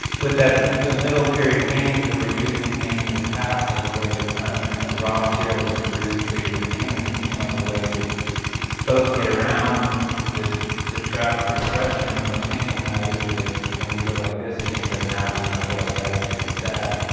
with that those middle period paintings that were using paintings of the past as a way to kind of you know raw material just to produce figurative paintings, it seemed like a way to both get around the the trap of expressionism of thinking naively that when you go like this, it means i'm happy and when i go like that it means i'm sad.